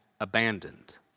abandoned